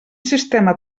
sistema